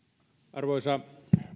arvoisa